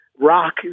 rock